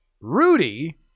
Rudy